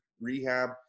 rehab